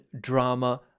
drama